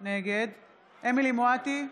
נגד אמילי חיה מואטי,